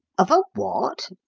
of a what?